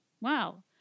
Wow